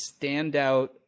standout